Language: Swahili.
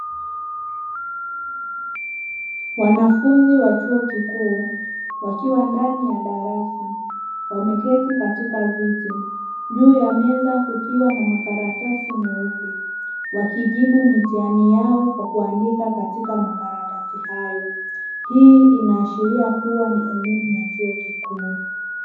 Wanafunzi wa chuo kikuu wakiwa ndani ya darasa wameketi katika viti juu ya meza kukiwa na makaratasi meupe wakijibu mitihani yao kwa kuandika katika makaratasi hayo, hii inahashiria kua ni elimu ya chuo kikuu.